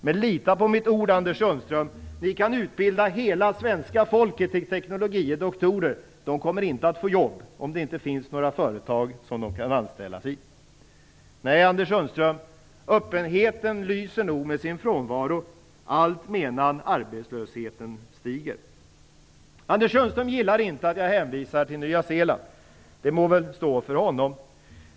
Men lita på mitt ord, Anders Sundström: Ni kan utbilda hela svenska folket till teknologie doktorer, men de kommer inte att få jobb om det inte finns några företag som de kan anställas i. Nej, Anders Sundström, öppenheten lyser nog med sin frånvaro alltmedan arbetslösheten stiger. Anders Sundström gillar inte att jag hänvisar till Nya Zeeland. Det må stå för honom.